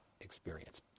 experience